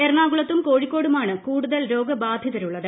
എറണാകുളത്തും കോഴിക്കോടുമാണ് കൂടുതൽ രോഗബാധിതരുള്ളത്